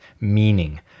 meaning